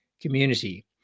community